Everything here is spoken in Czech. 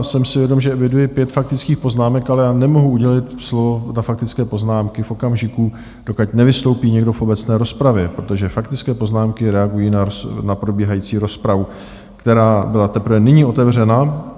Jsem si vědom, že eviduji pět faktických poznámek, ale já nemohu udělit slovo na faktické poznámky v okamžiku, dokud nevystoupí někdo v obecné rozpravě, protože faktické poznámky reagují na probíhající rozpravu, která byla teprve nyní otevřena.